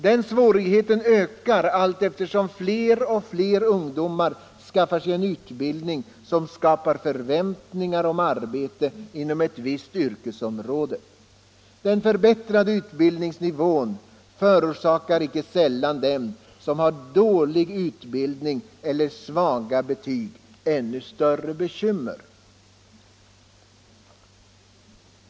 Den svårigheten ökar allteftersom fler och fler ungdomar skaffar sig utbildning som skapar förväntningar om ett arbete inom ett visst yrkesområde. Den förbättrade utbildningsnivån förorsakar icke sällan den som har dålig utbildning eller svaga betyg ännu större bekymmer.